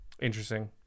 interesting